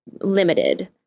limited